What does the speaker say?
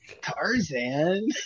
Tarzan